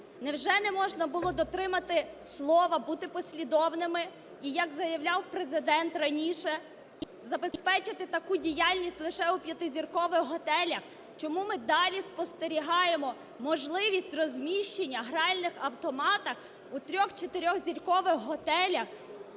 Невже не можна було дотримати слова, бути послідовними і, як заявляв Президент раніше, забезпечити таку діяльність лише у п’ятизіркових готелях? Чому ми далі спостерігаємо можливість розміщення гральних автоматів у три-чотиризіркових готелях